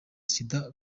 sida